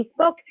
Facebook